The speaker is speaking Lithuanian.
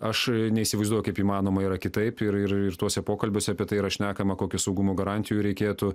aš neįsivaizduoju kaip įmanoma yra kitaip ir ir ir tuose pokalbiuose apie tai yra šnekama kokių saugumo garantijų reikėtų